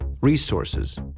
resources